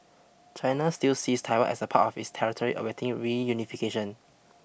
China still sees Taiwan as part of its territory awaiting reunification